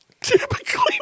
typically